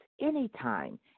anytime